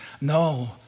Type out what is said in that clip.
No